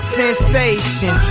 sensation